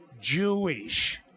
Jewish